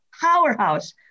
powerhouse